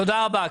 תודה רבה.